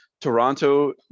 Toronto